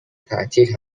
تعطیل